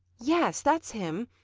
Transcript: yes, that's him!